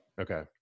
Okay